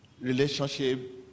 relationship